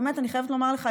אני חייבת לומר לך,